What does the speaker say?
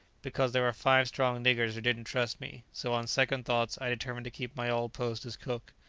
because there were five strong niggers who didn't trust me so, on second thoughts, i determined to keep my old post as cook.